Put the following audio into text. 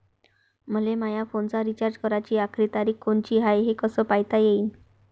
मले माया फोनचा रिचार्ज कराची आखरी तारीख कोनची हाय, हे कस पायता येईन?